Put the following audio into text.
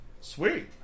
Sweet